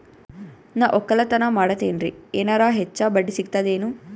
ನಾ ಒಕ್ಕಲತನ ಮಾಡತೆನ್ರಿ ಎನೆರ ಹೆಚ್ಚ ಬಡ್ಡಿ ಸಿಗತದೇನು?